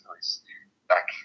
Back